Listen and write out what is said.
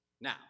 Now